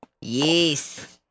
yes